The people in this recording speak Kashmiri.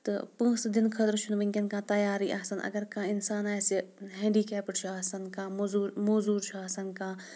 تہٕ پونٛسہٕ دِنہٕ خٲطرٕ چھُنہٕ وٕنکٮ۪ن کانٛہہ تیارٕے آسان اگر کانٛہہ اِنسان آسہِ ہینڈی کیپٕڈ چھُ آسان کانٛہہ مٔزوٗر موزوٗر چھُ آسان کانٛہہ